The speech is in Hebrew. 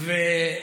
לגמרי.